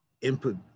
input